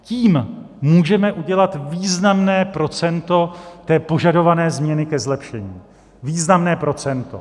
Tím můžeme udělat významné procento požadované změny ke zlepšení, významné procento.